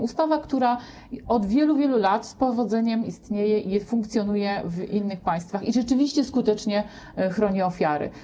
Ustawa, która od wielu, wielu lat z powodzeniem istnieje i funkcjonuje w innych państwach i rzeczywiście skutecznie chroni ofiary.